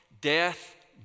death